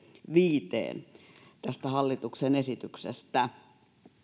viiteen tästä hallituksen esityksestä